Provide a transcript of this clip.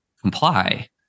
comply